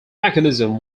mechanism